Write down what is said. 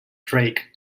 drake